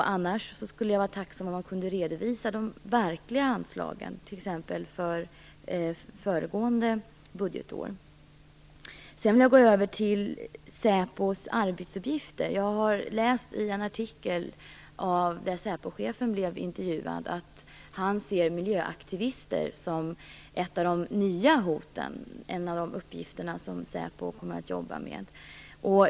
Annars skulle jag vara tacksam om justitieministern kunde redovisa de verkliga anslagen, t.ex. för föregående budgetår. Sedan vill jag gå över till säpos arbetsuppgifter. Jag har läst i en artikel där säpochefen blev intervjuad att han ser miljöaktivister som ett av de nya hoten och som en av de uppgifter säpo kommer att jobba med.